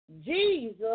Jesus